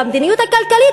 במדיניות הכלכלית,